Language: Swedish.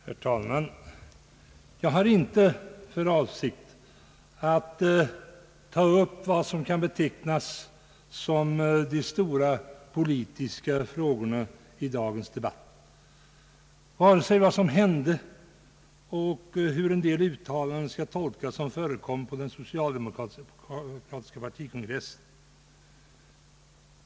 Herr talman! Jag har inte för avsikt att ta upp vad som kan betecknas som de stora politiska frågorna i dagens debatt. Jag tänker varken tala om vad som hände på den socialdemokratiska partikongressen eller om hur en del uttalanden skall tolkas som gjordes där.